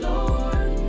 Lord